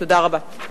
תודה רבה.